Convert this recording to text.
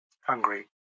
hungry